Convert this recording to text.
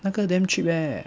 那个 damn cheap eh